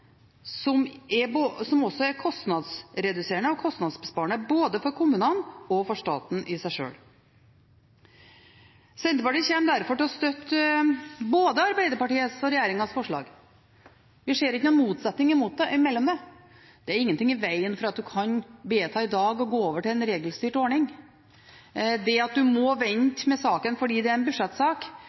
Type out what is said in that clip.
på samfunnets vegne som også er kostnadsreduserende og kostnadsbesparende både for kommunene og for staten i seg sjøl. Senterpartiet kommer derfor til å støtte både Arbeiderpartiets og regjeringens forslag. Vi ser ikke noen motsetning mellom dem. Det er ingenting i vegen for at en i dag kan vedta å gå over til en regelstyrt ordning. Det at en må vente med saken fordi det er en budsjettsak,